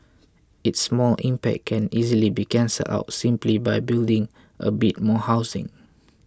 its small impact can easily be cancelled out simply by building a bit more housing